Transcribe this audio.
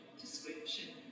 description